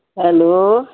hello